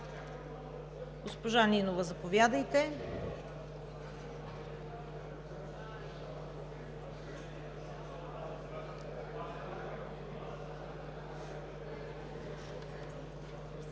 Госпожо Нинова, заповядайте.